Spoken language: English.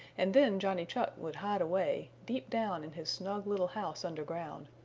and then johnny chuck would hide away, deep down in his snug little house under ground,